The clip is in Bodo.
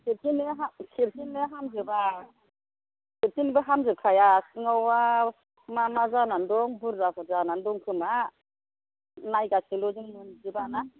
खेबसेयैनो हामजोबा खेबसेयैनोबो हामजोबखाया सिङावबा मा मा जानानै दं बुरजाफोर जानानै दं खोमा नायगासेल'जों मोनजोबा ना